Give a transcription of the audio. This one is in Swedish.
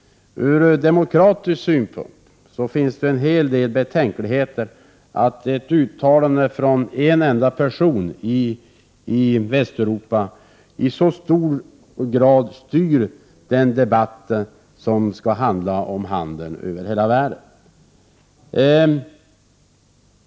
Ur demokratisk synpunkt finns det en hel del betänkligheter i att ett uttalande av en enda person i Västeuropa i så hög grad styr den debatt som skall handla om handeln över hela världen.